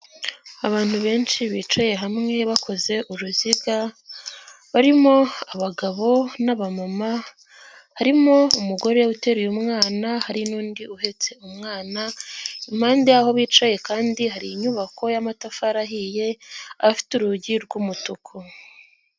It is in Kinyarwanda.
Abantu benshi bicaye hamwe bakoze uruziga barimo abagabo n'abamama, harimo umugore uteraye mwana hari n'undi uheretse umwana impande y'aho bicaye kandi hari inyubako y'amatafari ahiye afite urugi rw'umutuku.